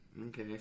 Okay